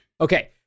Okay